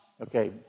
Okay